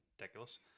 ridiculous